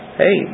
hey